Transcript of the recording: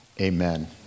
amen